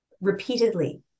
repeatedly